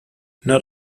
not